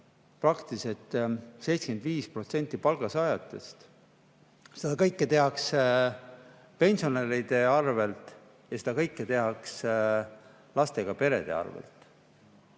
praktiliselt 75% palgasaajatest. Seda kõike tehakse pensionäride arvel ja seda kõike tehakse lastega perede arvel. Kui